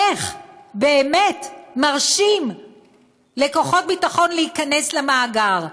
איך באמת מרשים לכוחות הביטחון להיכנס למאגר,